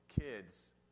kids